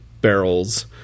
barrels